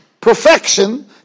perfection